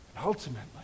Ultimately